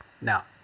Now